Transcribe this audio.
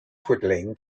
twiddling